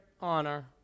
honor